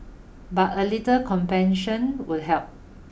but a little compassion would help